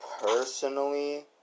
personally